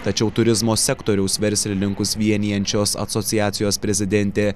tačiau turizmo sektoriaus verslininkus vienijančios asociacijos prezidentė